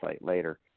later